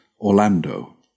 Orlando